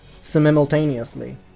simultaneously